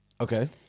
Okay